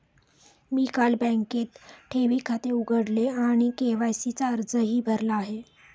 मी काल बँकेत ठेवी खाते उघडले आणि के.वाय.सी चा अर्जही भरला आहे